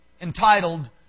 entitled